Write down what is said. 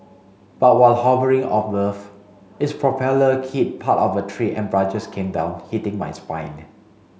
but while hovering above its propeller hit part of a tree and branches came down hitting my spine